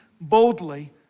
boldly